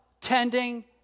Tending